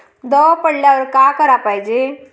दव पडल्यावर का कराच पायजे?